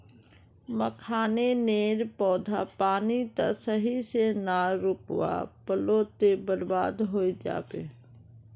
मखाने नेर पौधा पानी त सही से ना रोपवा पलो ते बर्बाद होय जाबे